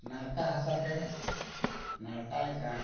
ᱱᱟᱲᱠᱟ ᱦᱟᱥᱟ ᱛᱮ ᱱᱟᱲᱠᱟ ᱞᱮᱠᱷᱟᱱ